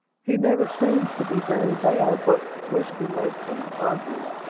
he never seems to be very bad, but whiskey makes him ugly.